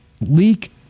leak